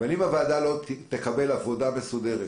אבל אם הוועדה לא תקבל עבודה מסודרת